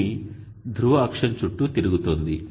భూమి ధ్రువ అక్షం చుట్టూ తిరుగుతోంది